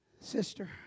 Sister